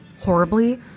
horribly